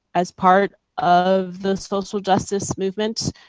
as part of the social justice movement.